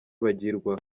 bagirwa